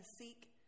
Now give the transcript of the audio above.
seek